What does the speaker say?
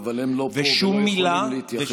טוב, אבל הם לא פה ולא יכולים להתייחס.